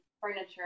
furniture